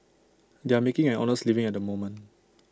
they are making an honest living at the moment